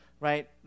right